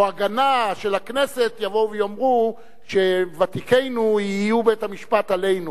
הגנה של הכנסת יבואו ויאמרו שוותיקינו יהיו בית-המשפט עלינו.